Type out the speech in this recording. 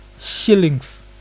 shillings